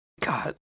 God